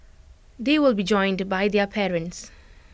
they will be joined by their parents